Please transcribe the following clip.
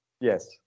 Yes